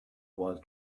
while